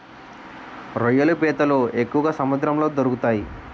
రొయ్యలు పీతలు ఎక్కువగా సముద్రంలో దొరుకుతాయి